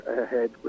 ahead